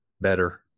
better